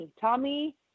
Tommy